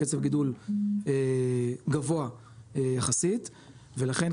קצב גידול גבוה יחסית ולכן,